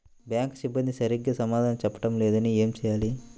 Bank సిబ్బంది సరిగ్గా సమాధానం చెప్పటం లేదు ఏం చెయ్యాలి?